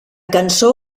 cançó